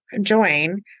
join